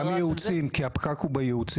גם בייעוץ כי הפקק הוא בייעוץ.